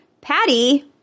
Patty